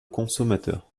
consommateur